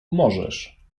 możesz